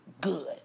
good